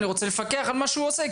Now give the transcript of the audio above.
אני רוצה לפקח על מה שהוא עושה,